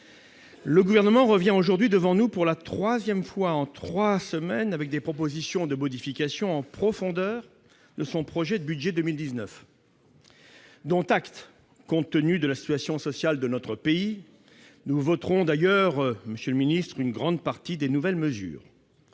Le Gouvernement revient aujourd'hui devant nous pour la troisième fois en trois semaines avec des propositions de modification en profondeur de son projet de budget pour 2019. Dont acte, compte tenu de la situation sociale dans le pays. Nous voterons d'ailleurs une grande partie des nouvelles mesures.